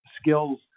skills